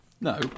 No